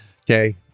Okay